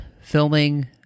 filming